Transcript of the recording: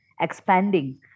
expanding